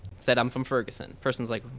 said i'm from ferguson. person's like,